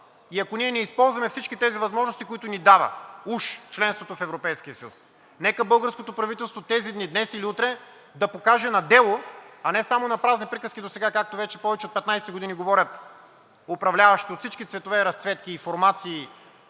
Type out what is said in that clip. и ако ние не използваме всички тези възможности, които ни дава уж членството в Европейския съюз? Нека българското правителство тези дни – днес или утре, да покаже на дело, а не само на празни приказки досега, както вече повече от 15 години говорят управляващите от всички цветове, разцветки и формации